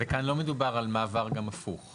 וכאן לא מדובר על מעבר גם הפוך?